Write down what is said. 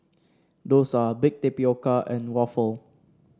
dosa Baked Tapioca and waffle